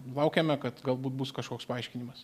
laukiame kad galbūt bus kažkoks paaiškinimas